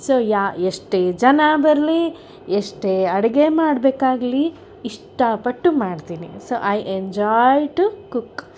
so yeah ಎಷ್ಟೇ ಜನ ಬರಲಿ ಎಷ್ಟೇ ಅಡುಗೆ ಮಾಡ್ಬೇಕಾಗಲಿ ಇಷ್ಟಪಟ್ಟು ಮಾಡ್ತೀನಿ so I enjoy to cook food